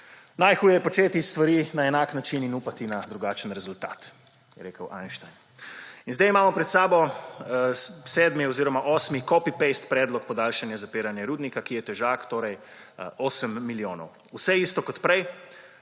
Najhuje je početi stvari na enak način in upati na drugačen rezultat, je rekel Einstein. In zdaj imamo pred sabo sedmi oziroma osmi copy-paste predlog podaljšanja zapiranja rudnika, ki je težak 8 milijonov. Vse isto kot prej,